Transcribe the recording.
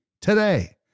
today